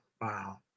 wow